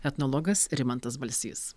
etnologas rimantas balsys